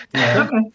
Okay